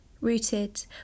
rooted